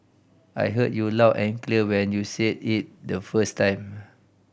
I heard you loud and clear when you said it the first time